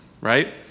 right